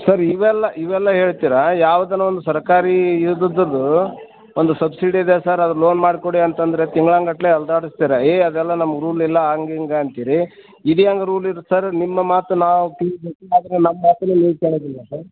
sir ಇವೆಲ್ಲ ಇವೆಲ್ಲ ಹೇಳ್ತಿರ ಯಾವ್ದೆ ಒಂದು ಸರ್ಕಾರಿ ಒಂದು ಸಬ್ಸಿಡಿ ಇದೆ ಸರ್ ಅದ್ರ ಲೋನ್ ಮಾಡಿಕೊಡಿ ಅಂತಂದರೆ ತಿಂಗ್ಳಾನುಗಟ್ಲೆ ಅಲ್ದಾಡಿಸ್ತೀರ ಏ ಅದೆಲ್ಲ ನಮ್ಗೆ ರೂಲ್ ಇಲ್ಲ ಹಂಗ್ ಹಿಂಗ ಅಂತೀರಿ ಇದು ಹೆಂಗ್ ರೂಲ್ ಇರತ್ತೆ ಸರ್ ನಿಮ್ಮ ಮಾತು ನಾವು ಕೇಳಬೇಕು ಆದರೆ ನಮ್ಮ ಮಾತನ್ನು ನೀವು ಕೇಳೋದಿಲ್ಲ ಸರ್